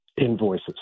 invoices